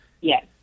Yes